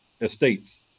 estates